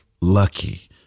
lucky